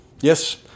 Yes